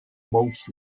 most